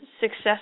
success